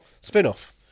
spin-off